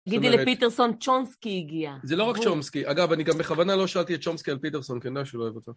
תגידי לפיטרסון, צ'ונסקי הגיע. -זה לא רק צ'ונסקי. אגב, אני גם בכוונה לא שאלתי את צ'ונסקי על פיטרסון, כי אני יודע שהוא לא אוהב אותו.